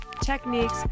techniques